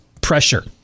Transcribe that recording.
pressure